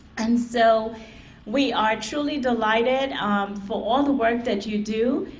and so we are truly delighted for all the work that you do.